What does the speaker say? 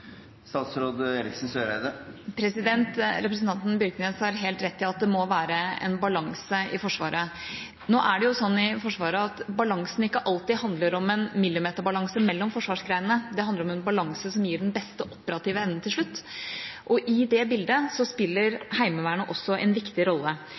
Representanten Aarhus Byrknes har helt rett i at det må være en balanse i Forsvaret. Nå er det sånn i Forsvaret at balansen ikke alltid handler om en millimeterbalanse mellom forsvarsgrenene, det handler om en balanse som gir den beste operative evnen til slutt. I det bildet